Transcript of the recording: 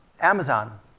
Amazon